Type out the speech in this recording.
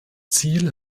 ziel